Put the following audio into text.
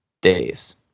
days